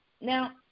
now